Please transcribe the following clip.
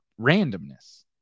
randomness